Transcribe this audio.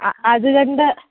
ആ അതുകൊണ്ട്